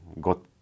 got